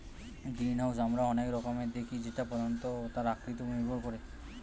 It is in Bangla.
গ্রিনহাউস আমরা অনেক রকমের দেখি যেটা প্রধানত তার আকৃতি উপর নির্ভর করে